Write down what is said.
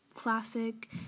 classic